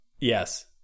Yes